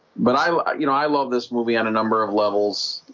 but i you know, i love this movie on a number of levels